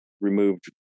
removed